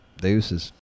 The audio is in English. Deuces